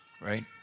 right